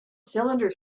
cylinder